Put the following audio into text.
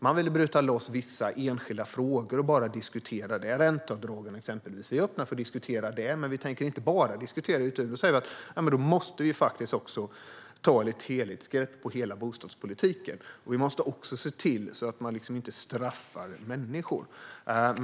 Man ville bryta loss vissa enskilda frågor och bara diskutera dem, exempelvis ränteavdragen. Vi är öppna för att diskutera dessa, men vi tänker inte bara diskutera dem. Vi säger att vi måste ta ett helhetsgrepp på hela bostadspolitiken. Vi måste också se till att man inte straffar människor.